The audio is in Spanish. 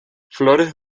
flores